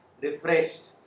refreshed